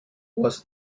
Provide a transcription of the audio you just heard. was